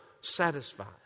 satisfied